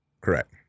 Correct